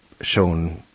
shown